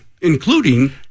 including